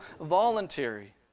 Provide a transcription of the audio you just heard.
voluntary